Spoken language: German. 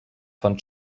von